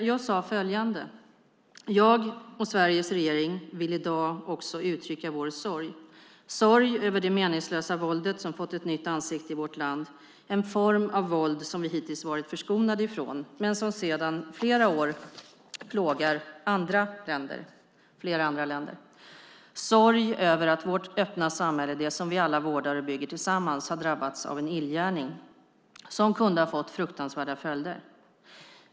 Jag sade följande: Jag och Sveriges regering vill i dag också uttrycka vår sorg - sorg över det meningslösa våldet, som fått ett nytt ansikte i vårt land, en form av våld som vi hittills varit förskonade från men som sedan flera år tillbaka plågar flera andra länder, sorg över att vårt öppna samhälle, det som vi alla vårdar och bygger tillsammans, har drabbats av en illgärning som kunde ha fått fruktansvärda följder.